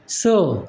स